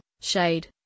shade